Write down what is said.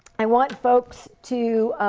i want folks to